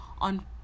on